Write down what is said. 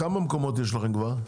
כמה מקומות יש לכם כבר?